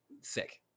sick